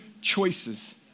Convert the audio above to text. choices